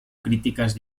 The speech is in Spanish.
críticas